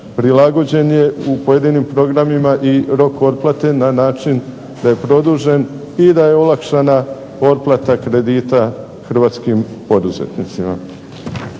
prilagođen je u pojedinim programima i rok otplate na način da je produžen i da je olakšana otplata kredita hrvatskim poduzetnicima.